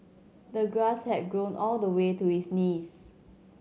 the grass had grown all the way to his knees